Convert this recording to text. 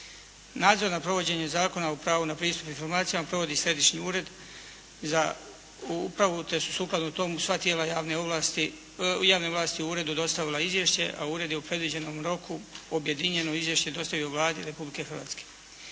Nadzor nad provođenjem Zakona o pravu na pristup informacijama provodi Središnji ured za upravu, te su sukladno tome sva tijela javne ovlasti uredu dostavila izvješće, a ured je u predviđenom roku objedinjeno izvješće dostavio Vladi Republike Hrvatske.